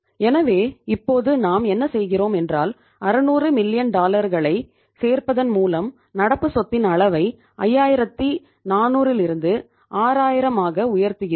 எனவே இப்போது நாம் என்ன செய்கிறோம் என்றால் 600 மில்லியன் சேர்ப்பதன் மூலம் நடப்பு சொத்தின் அளவை 5400 ரிலிருந்து 6000 ஆக உயர்த்துகிறோம்